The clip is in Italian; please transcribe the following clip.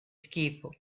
schifo